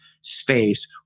space